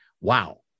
Wow